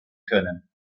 können